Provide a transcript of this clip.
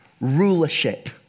Rulership